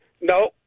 No